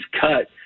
cut